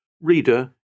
Reader